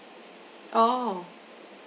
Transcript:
oh